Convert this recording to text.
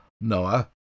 Noah